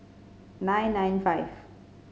nine nine five